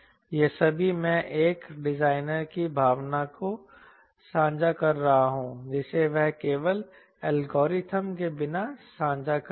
ये सभी मैं एक डिजाइनर की भावना को साझा कर रहा हूं जिसे वह केवल एल्गोरिथ्म के बिना साझा करेगा